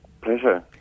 Pleasure